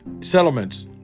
settlements